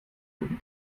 guten